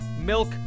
milk